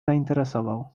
zainteresował